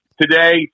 today